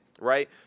right